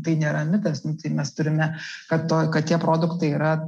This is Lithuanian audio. tai nėra mitas nu tai mes turime kad to kad tie produktai yra